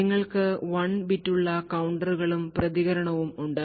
നിങ്ങൾക്ക് 1 ബിറ്റുള്ള കൌണ്ടറുകളും പ്രതികരണവും ഉണ്ട്